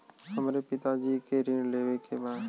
हमरे पिता जी के ऋण लेवे के बा?